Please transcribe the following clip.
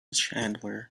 chandler